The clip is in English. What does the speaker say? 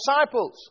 disciples